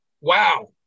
wow